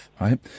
right